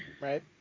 Right